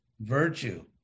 virtue